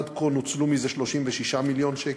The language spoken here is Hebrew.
עד כה נוצלו מזה 36 מיליון שקל.